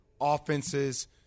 offenses